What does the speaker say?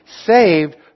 saved